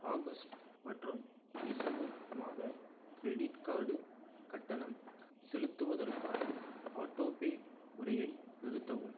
August மற்றும் December மாத credit card கட்டணம் செலுத்துவதற்கான ஆட்டோபே முறையை நிறுத்தவும்